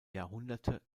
jahrhunderte